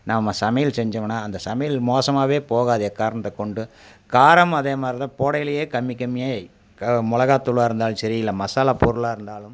நாம சமையல் செஞ்சமுன்னா அந்த சமையல் மோசமாகவே போகாது எக்காரணத்தை கொண்டும் காரம் அதே மாதிரி தான் போடைலியே கம்மி கம்மியே க மிளகா தூளாக இருந்தாலும் சரி இல்லை மசாலா பொருளாக இருந்தாலும்